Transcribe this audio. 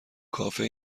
کافه